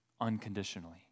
unconditionally